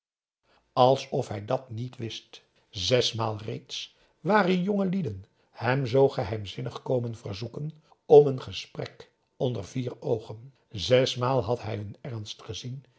alsof hij dàt niet wist zesmaal reeds waren jongelieden hem zoo geheimzinnig komen verzoeken om een gesprek onder vier oogen zesmaal had hij hun ernst gezien